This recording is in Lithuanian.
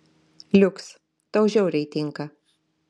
liuks tau žiauriai tinka